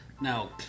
Now